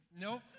Nope